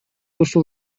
ушул